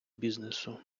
бізнесу